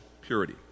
purity